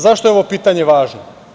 Zašto je ovo pitanje važno?